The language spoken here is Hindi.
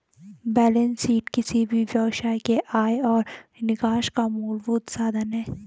बेलेंस शीट किसी भी व्यवसाय के आय और निकास का मूलभूत साधन है